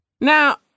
Now